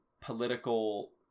political